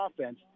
offense